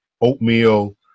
oatmeal